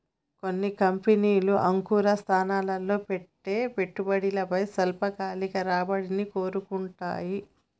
కొన్ని కంపెనీలు అంకుర సంస్థల్లో పెట్టే పెట్టుబడిపై స్వల్పకాలిక రాబడిని కోరుకుంటాయి